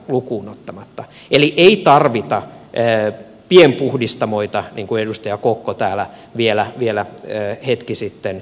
eli ei tarvita pienpuhdistamoita niin kuin edustaja kokko täällä vielä hetki sitten vakuutti